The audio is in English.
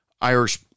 Irish